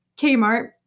Kmart